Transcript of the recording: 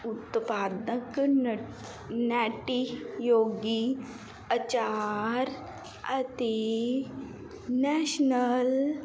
ਉਤਪਾਦਕ ਨ ਨੱਟੀ ਯੋਗੀ ਅਚਾਰ ਅਤੇ ਨੈਸ਼ਨਲ